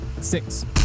Six